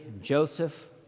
Joseph